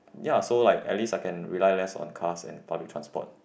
ya so like at least I can rely less on cars and public transport